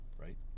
Right